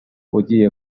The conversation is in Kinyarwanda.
ugiye